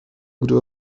grew